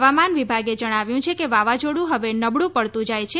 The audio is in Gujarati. હવામાન વિભાગે જણાવ્યું છે કે વાવાઝોડું હવે નબળું પડતું જાય છે